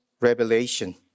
revelation